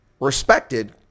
respected